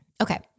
Okay